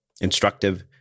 instructive